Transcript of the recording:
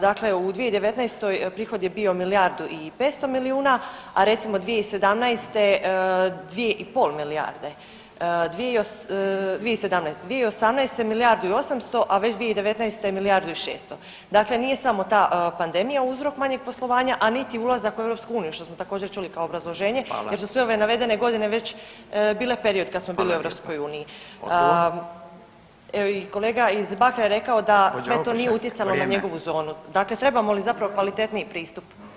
Dakle, u 2019. prihod je bio milijardu i 500 milijuna, a recimo 2017. 2,5 milijarde, 2017., 2018. milijardu i 800, a već 2019. milijardu i 600 dakle nije samo ta pandemija uzrok manjeg poslovanja, a niti ulazak u EU što smo također čuli kao obrazloženje [[Upadica Radin: Hvala.]] jer su sve ove navedene godine već bile period kad smo bili u EU [[Upadica Radin: Hvala lijepa.]] Kolega iz Bakra je rekao da sve to [[Upadica Radin: Gospođo Opačak vrijeme.]] nije utjecalo na njegovu zonu, dakle trebamo li zapravo kvalitetniji pristup slobodnim zonama